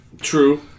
True